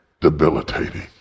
debilitating